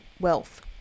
wealth